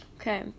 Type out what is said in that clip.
Okay